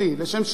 לשם שינוי,